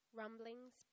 rumblings